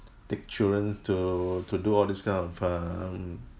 take children to to do all this kind of um